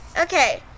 Okay